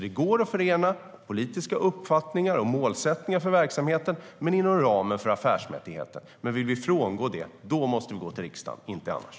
Det går att förena politiska uppfattningar och målsättningar för verksamheten inom ramen för affärsmässigheten. Vill vi frångå det måste vi gå till riksdagen, inte annars.